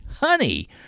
honey